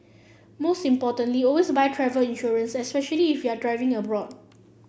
most importantly always buy travel insurance especially if you're driving abroad